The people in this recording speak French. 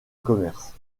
commerce